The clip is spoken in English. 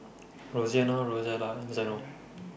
Roseanna Rosella and Zeno